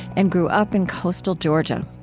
and grew up in coastal georgia.